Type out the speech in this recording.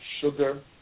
sugar